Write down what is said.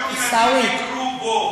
2,500 ילדים ביקרו בו.